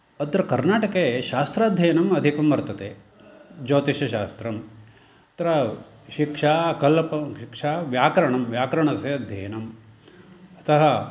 अत्र कर्नाटके शास्त्राध्ययनम् अधिकं वर्तते ज्योतिष्यशास्त्रं तत्र शिक्षा कल्प शिक्षा व्याकरणं व्याकरणस्य अध्ययनम् अतः